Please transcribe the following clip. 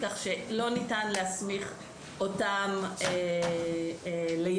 כך שלא ניתן להסמיך אותם ליידע.